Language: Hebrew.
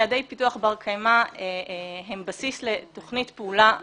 יעדי פיתוח בר קיימא הם בסיס לתוכנית פעולה ממשלתית.